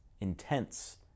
intense